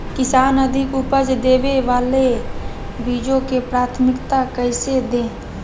किसान अधिक उपज देवे वाले बीजों के प्राथमिकता कैसे दे?